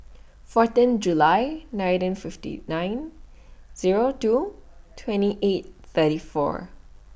fourteen July nineteen fifty nine Zero two twenty eight thirty four